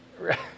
Right